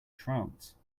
trance